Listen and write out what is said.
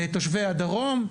תושבי הדרום,